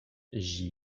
j’y